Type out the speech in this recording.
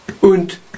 Und